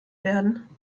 werden